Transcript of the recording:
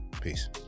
Peace